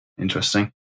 Interesting